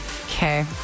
Okay